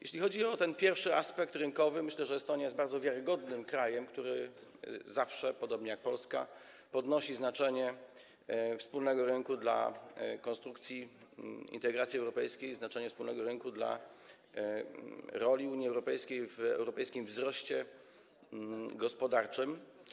Jeśli chodzi o ten pierwszy aspekt, rynkowy, myślę, że Estonia jest bardzo wiarygodnym krajem, który zawsze, podobnie jak Polska, podnosi kwestię znaczenia wspólnego rynku dla konstrukcji integracji europejskiej, znaczenia wspólnego rynku dla roli Unii Europejskiej w europejskim wzroście gospodarczym.